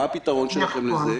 מה הפתרון שלכם לזה?